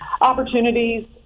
opportunities